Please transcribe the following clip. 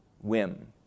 whim